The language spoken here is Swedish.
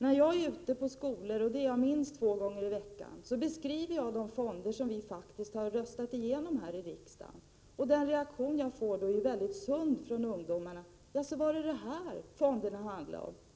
När jag är ute på skolor, och det är jag minst två gånger i veckan — beskriver jag de fonder som vi faktiskt har röstat igenom här i riksdagen. Den reaktion jag får från ungdomarna är mycket sund: ”Jaså, var det det här som fonderna handlade om?